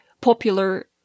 popular